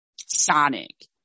Sonic